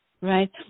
right